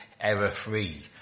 error-free